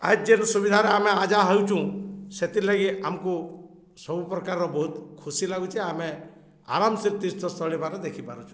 ଆଉ ଯେନ୍ ସୁବିଧାରେ ଆମେ ଆଜା ହେଉଛୁଁ ସେଥିର୍ଲାଗି ଆମକୁ ସବୁପ୍ରକାରର ବହୁତ ଖୁସି ଲାଗୁଛି ଆମେ ଆରାମସେ ତୀର୍ଥସ୍ଥଳୀମାନେ ଦେଖିପାରୁଛୁଁ